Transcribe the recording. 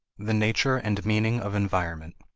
the nature and meaning of environment.